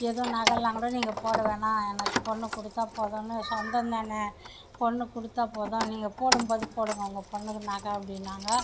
எதுவும் நகைலாம் கூட நீங்கள் போட வேணாம் எனக்கு பொண்ணை கொடுத்தா போதும்னு சொந்தம் தானே பொண்ணு கொடுத்தா போதும் நீங்கள் போடும் போது போடுங்கள் உங்கள் பொண்ணுக்கு நகை அப்படின்னாங்க